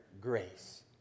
grace